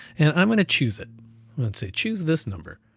and i'm gonna choose it. let's say choose this number,